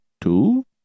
two